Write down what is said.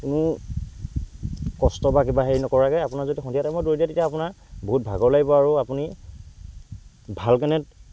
কোনো কষ্ট বা কিবা হেৰি নকৰাকৈ আপোনাৰ যদি সন্ধিয়া টাইমত তেতিয়া আপোনাৰ বহুত ভাগৰ লাগিব আৰু আপুনি ভাগৰনিত